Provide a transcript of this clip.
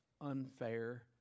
unfair